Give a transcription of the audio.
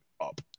up